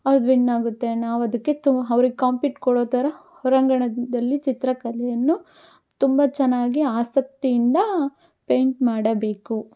ಅವ್ರದ್ದು ವಿನ್ ಆಗುತ್ತೆ ನಾವು ಅದಕ್ಕೆ ತು ಅವರಿಗೆ ಕಾಂಪಿಟ್ ಕೊಡೋ ಥರ ಹೊರಾಂಗಣದಲ್ಲಿ ಚಿತ್ರಕಲೆಯನ್ನು ತುಂಬ ಚೆನ್ನಾಗಿ ಆಸಕ್ತಿಯಿಂದ ಪೈಂಟ್ ಮಾಡಬೇಕು